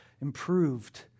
improved